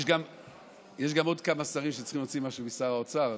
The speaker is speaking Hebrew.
יש עוד כמה שרים שצריכים להוציא משהו משר האוצר,